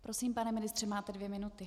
Prosím, pane ministře, máte dvě minuty.